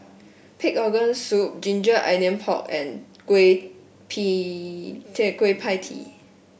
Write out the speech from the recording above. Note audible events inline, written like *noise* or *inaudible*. Pig Organ Soup ginger onion pork and Kueh *unintelligible* Kuch Pie Tee